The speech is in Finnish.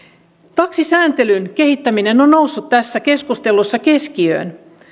taksisääntelyn kehittäminen on noussut tässä keskustelussa keskiöön